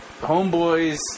homeboy's